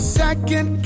second